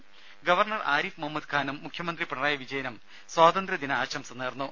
രുമ ഗവർണർ ആരിഫ് മുഹമ്മദ് ഖാനും മുഖ്യമന്ത്രി പിണറായി വിജയനും സ്വാതന്ത്ര്യദിന ആശംസ നേർന്നു